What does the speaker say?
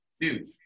Dude